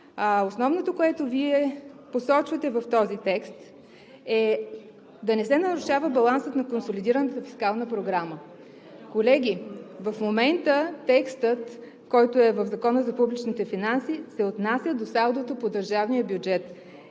Основното, което Вие посочвате в този текст, е да не се нарушава балансът на Консолидираната фискална програма. Колеги, в момента текстът, който е в Закона за публичните финанси, се отнася до салдото по държавния бюджет.